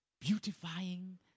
beautifying